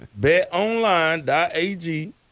betonline.ag